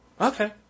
Okay